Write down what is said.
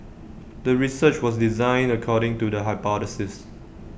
the research was designed according to the hypothesis